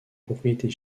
propriétés